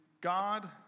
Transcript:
God